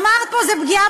אמרת פה שזה פגיעה